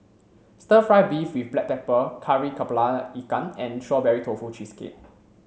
stir fry beef with black pepper Kari Kepala Ikan and strawberry tofu cheesecake